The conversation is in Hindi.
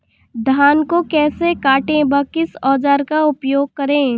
धान को कैसे काटे व किस औजार का उपयोग करें?